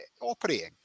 operating